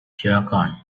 jargon